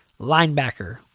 linebacker